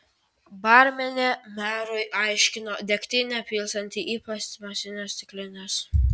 barmenė merui aiškino degtinę pilstanti į plastmasines stiklines